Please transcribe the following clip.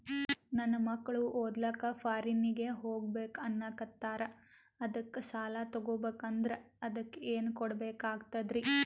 ನನ್ನ ಮಕ್ಕಳು ಓದ್ಲಕ್ಕ ಫಾರಿನ್ನಿಗೆ ಹೋಗ್ಬಕ ಅನ್ನಕತ್ತರ, ಅದಕ್ಕ ಸಾಲ ತೊಗೊಬಕಂದ್ರ ಅದಕ್ಕ ಏನ್ ಕೊಡಬೇಕಾಗ್ತದ್ರಿ?